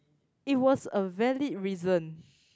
it was a valid reason